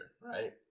right